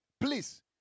Please